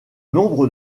nombre